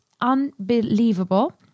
unbelievable